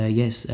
yes